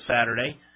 Saturday